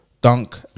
Dunk